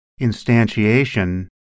instantiation